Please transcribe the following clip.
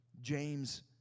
James